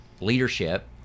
leadership